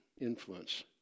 influence